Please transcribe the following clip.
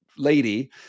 Lady